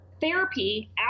therapy